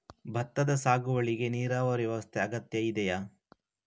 ಭತ್ತದ ಸಾಗುವಳಿಗೆ ನೀರಾವರಿ ವ್ಯವಸ್ಥೆ ಅಗತ್ಯ ಇದೆಯಾ?